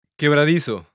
Quebradizo